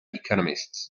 economists